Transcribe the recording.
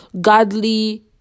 godly